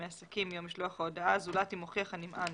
עסקים מיום משלוח ההודעה זולת אם הוכיח הנמען